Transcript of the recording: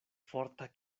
forta